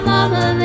Mama